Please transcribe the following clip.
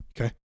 Okay